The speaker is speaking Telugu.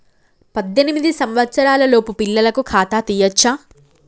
పద్దెనిమిది సంవత్సరాలలోపు పిల్లలకు ఖాతా తీయచ్చా?